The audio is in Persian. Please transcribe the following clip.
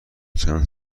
چند